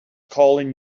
calling